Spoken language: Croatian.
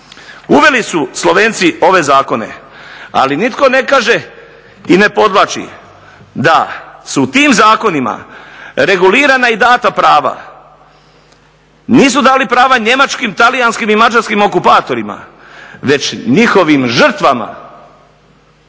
uveli su Slovenci ove zakone, ali nitko ne kaže i ne podvlači da su tim zakonima regulirana i dana prava. Nisu dali prava njemačkim, talijanskim i mađarskim okupatorima već njihovim žrtvama.